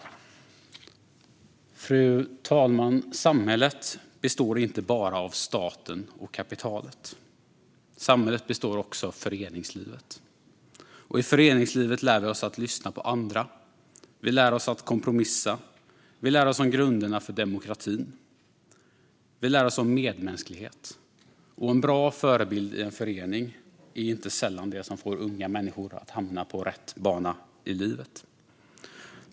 Fru talman! Samhället består inte bara av staten och kapitalet; samhället består också av föreningslivet. I föreningslivet lär vi oss att lyssna på andra. Vi lär oss att kompromissa. Vi lär oss om grunderna för demokratin, och vi lär oss om medmänsklighet. En bra förebild i en förening är inte sällan det som får unga människor att hamna på rätt bana i livet.